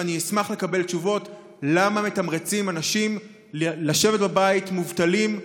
ואני אשמח לקבל תשובות למה מתמרצים אנשים לשבת בבית מובטלים,